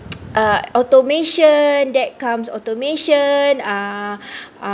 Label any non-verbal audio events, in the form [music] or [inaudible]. [noise] uh automation that comes automation uh [breath] uh